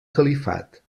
califat